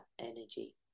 energy